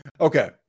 Okay